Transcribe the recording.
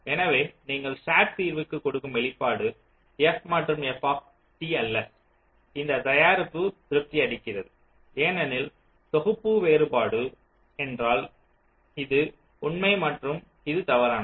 எனவே நீங்கள் SAT தீர்விற்கு கொடுக்கும் வெளிப்பாடு F மற்றும் F அல்ல இந்த தயாரிப்பு திருப்தி அளிக்கிறது ஏனெனில் தொகுப்பு வேறுபாடு என்றால் இது உண்மை மற்றும் இது தவறானது